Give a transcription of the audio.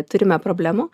turime problemų